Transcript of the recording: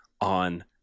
on